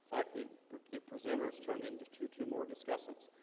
fact, the presenters turned into two two more discussants.